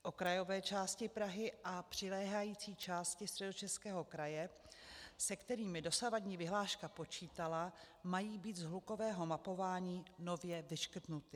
Okrajové části Prahy a přiléhající části Středočeského kraje, se kterými dosavadní vyhláška počítala, mají být z hlukového mapování nově vyškrtnuty.